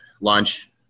Lunch